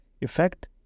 effect